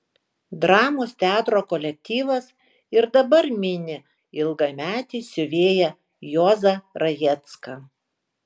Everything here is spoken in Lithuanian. dramos teatro kolektyvas ir dabar mini ilgametį siuvėją juozą rajecką